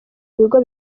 bigo